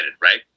right